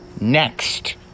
next